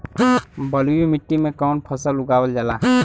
बलुई मिट्टी में कवन फसल उगावल जाला?